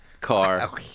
car